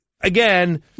Again